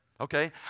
Okay